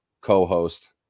co-host